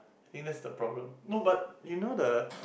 think that's the problem no but you know the